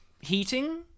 heating